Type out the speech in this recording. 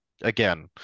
Again